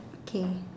okay